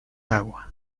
agua